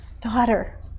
Daughter